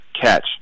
catch